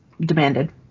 demanded